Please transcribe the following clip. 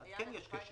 אז כן יש קשר,